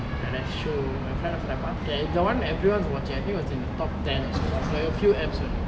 ah that show my friend was like is the one everyone is watching I think it was in the top ten or so like a few eps only